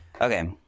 Okay